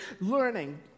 learning